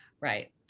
Right